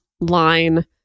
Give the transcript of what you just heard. line